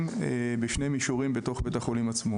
בשני מישורים בתוך בית החולים עצמו,